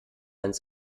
ins